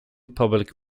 public